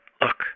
Look